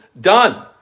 done